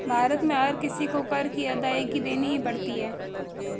भारत में हर किसी को कर की अदायगी देनी ही पड़ती है